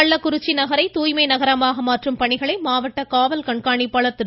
கள்ளக்குறிச்சி நகரை தூய்மை நகரமாக மாற்றும் பணிகளை மாவட்ட காவல் கண்காணிப்பாளர் திரு